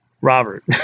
Robert